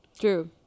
True